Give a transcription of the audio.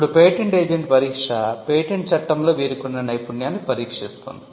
ఇప్పుడు patent agent పరీక్ష patent చట్టంలో వీరికున్న నైపుణ్యాన్ని పరీక్షిస్తుంది